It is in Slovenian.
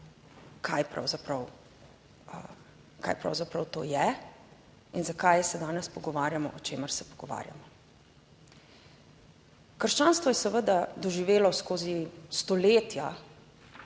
kaj pravzaprav to je in zakaj se danes pogovarjamo, o čemer se pogovarjamo. Krščanstvo je seveda doživelo skozi stoletja,